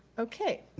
okay,